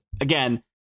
again